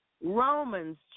Romans